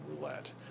roulette